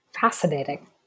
Fascinating